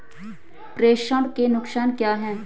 प्रेषण के नुकसान क्या हैं?